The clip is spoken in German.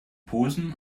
posen